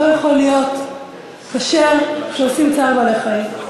לא יכול להיות כשר כשעושים צער בעלי-חיים.